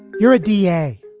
you're a d a.